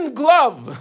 glove